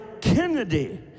Kennedy